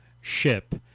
ship